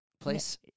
place